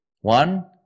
one